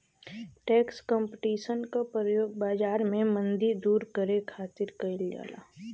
tax competition क प्रयोग बाजार में मंदी दूर करे खातिर कइल जाला